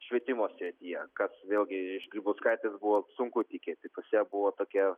švietimo srityje kas vėlgi iš grybauskaitės buvo sunku tikėti pas ją buvo tokia